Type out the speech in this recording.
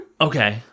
Okay